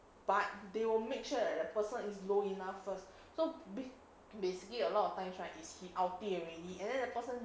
but they will make sure that the person is low enough first so basically a lot of times right is he ulti already and then the person